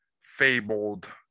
fabled